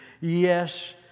Yes